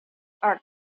are